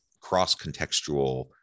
cross-contextual